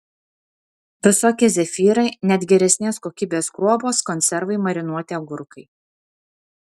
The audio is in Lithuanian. visokie zefyrai net geresnės kokybės kruopos konservai marinuoti agurkai